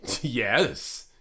Yes